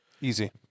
Easy